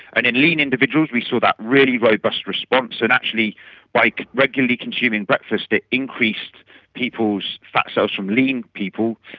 and in lean individuals we saw that really robust response, and actually by like regularly consuming breakfast it increased people's fat cells from lean people,